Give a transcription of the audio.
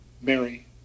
mary